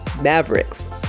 mavericks